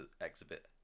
exhibit